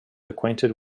acquainted